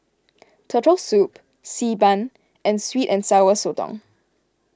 Turtle Soup Xi Ban and Sweet and Sour Sotong